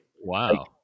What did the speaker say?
wow